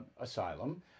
asylum